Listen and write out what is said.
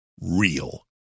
real